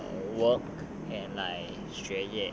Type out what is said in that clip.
work and like 学业